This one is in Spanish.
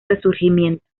resurgimiento